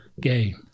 gay